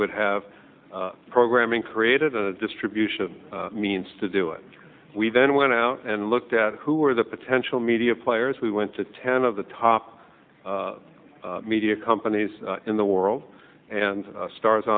would have programming created a distribution means to do it we then went out and looked at who are the potential media players we went to ten of the top media companies in the world and star